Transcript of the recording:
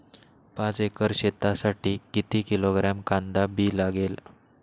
पाच एकर शेतासाठी किती किलोग्रॅम कांदा बी लागेल?